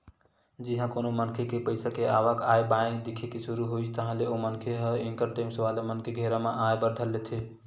जिहाँ कोनो मनखे के पइसा के आवक आय बाय दिखे के सुरु होइस ताहले ओ मनखे ह इनकम टेक्स वाला मन के घेरा म आय बर धर लेथे